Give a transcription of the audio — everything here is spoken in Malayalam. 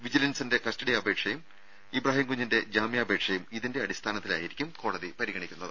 വിജിലൻസിന്റെ കസ്റ്റഡി അപേക്ഷയും ഇബ്രാഹിംകുഞ്ഞിന്റെ ജാമ്യാപേക്ഷയും ഇതിന്റെ അടിസ്ഥാനത്തിലായിരിക്കും കോടതി പരിഗണിക്കുന്നത്